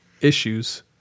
issues